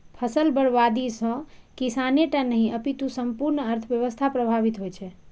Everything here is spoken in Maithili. फसल बर्बादी सं किसाने टा नहि, अपितु संपूर्ण अर्थव्यवस्था प्रभावित होइ छै